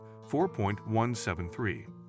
4.173